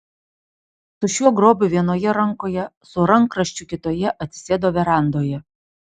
su šiuo grobiu vienoje rankoje su rankraščiu kitoje atsisėdo verandoje